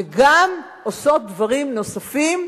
וגם עושות דברים נוספים,